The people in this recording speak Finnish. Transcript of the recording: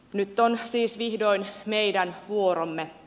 nyt on siis vihdoin meidän vuoromme